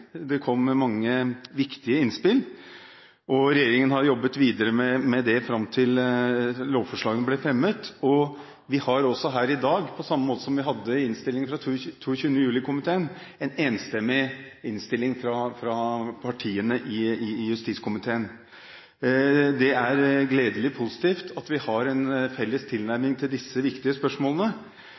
Det kom mange viktige innspill, og regjeringen jobbet videre med dem fram til lovforslagene ble fremmet. Vi har også her i dag – på samme måte som vi hadde i innstillingen fra 22. juli-komiteen – en enstemmig innstilling fra justiskomiteen. Det er gledelig og positivt at vi har en felles tilnærming til disse viktige spørsmålene.